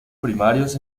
primarios